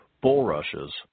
bulrushes